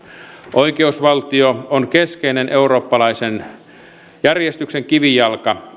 oikeusvaltio on keskeinen eurooppalaisen järjestyksen kivijalka